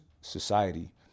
society